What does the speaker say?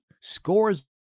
scores